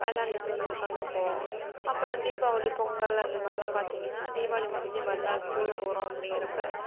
விள்ளாண்டுட்டு வந்து உட்காந்துருப்போம் அப்புறம் தீபாவளி பொங்கல் அந்த மாதிரிலாம் பார்த்திங்கன்னா தீபாவளி முடிஞ்சு மறுநாள் ஸ்கூல் போகிறோம் அப்படிங்கிறப்ப